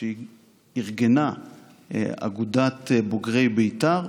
זכיתי בתחרות חיבורים שארגנה אגודת בוגרי בית"ר